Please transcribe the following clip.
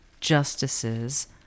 justices